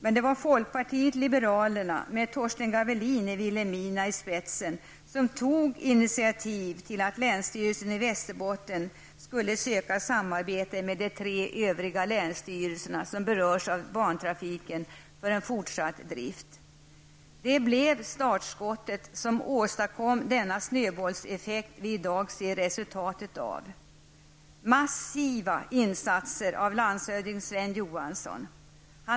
Men det var folkpartiet liberalerna, med Torsten Gavelin i Vilhelmina i spetsen, som tog initiativ till att länsstyrelsen i Det blev startskottet, och så fick vi den snöbollseffekt som vi i dag ser resultatet av. Det handlar om massiva insatser från landshövding Sven Johanssons sida.